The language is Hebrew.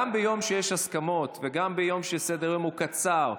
גם ביום שיש הסכמות וגם ביום שסדר-היום הוא קצר,